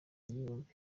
igihumbi